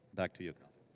back to you,